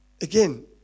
Again